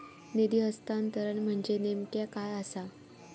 निधी हस्तांतरण म्हणजे नेमक्या काय आसा?